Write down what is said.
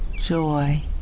joy